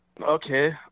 Okay